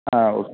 ஆ okay